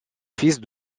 fils